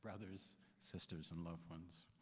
brothers, sisters and loved ones.